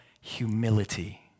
humility